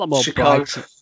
Chicago